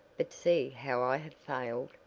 but see how i have failed.